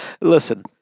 Listen